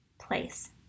place